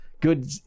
good